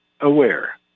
aware